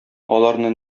аларны